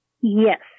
yes